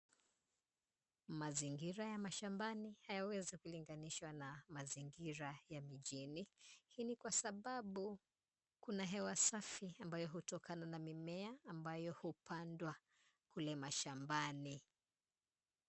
Mazingira ya mashambani, hayawezi kulinganishwa na mazingira ya mijini. Hii ni kwa sababu kuna hewa safi ambayo hutokana na mimea ambayo hupandwa kule mashambani.